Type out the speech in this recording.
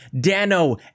Dano